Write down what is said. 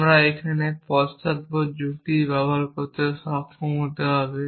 আমরা এখানে পশ্চাদপদ যুক্তি ব্যবহার করতে সক্ষম হতে হবে